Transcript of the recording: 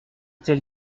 tel